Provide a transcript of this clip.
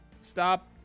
Stop